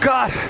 God